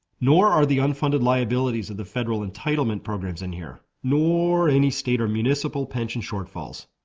nor are the unfunded liabilities of the federal entitlement programs in here, nor any state or municipal pension shortfalls.